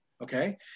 Okay